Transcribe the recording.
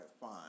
fine